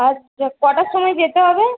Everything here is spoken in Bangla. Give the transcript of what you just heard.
আচ্ছা কটার সময় যেতে হবে